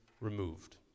removed